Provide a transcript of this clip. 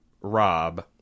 rob